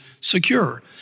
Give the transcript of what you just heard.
secure